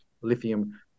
lithium